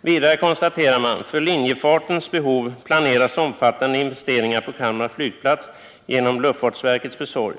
Vidare konstaterar man: ”För linjefartens behov planeras omfattande investeringar på Kalmar flygplats genom luftfartsverkets försorg.